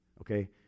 Okay